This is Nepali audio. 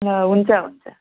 हुन्छ हुन्छ